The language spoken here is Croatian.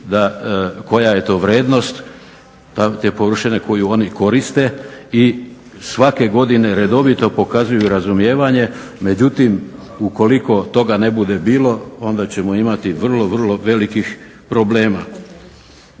koja je to vrednost te površine koju oni koriste i svake godine redovito pokazuju razumijevanje. Međutim, ukoliko toga ne bude bilo onda ćemo imati vrlo, vrlo velikih problema.